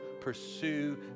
Pursue